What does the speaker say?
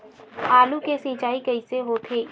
आलू के सिंचाई कइसे होथे?